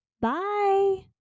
Bye